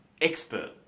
expert